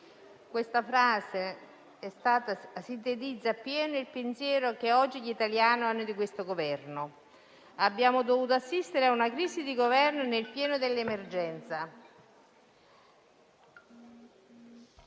Questo sintetizza a pieno il pensiero che oggi gli italiani hanno dell'Esecutivo in carica. Abbiamo dovuto assistere a una crisi di Governo nel pieno dell'emergenza